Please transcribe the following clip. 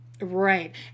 Right